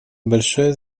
большое